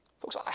Folks